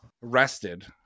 rested